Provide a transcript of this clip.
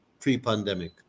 pre-pandemic